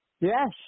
Yes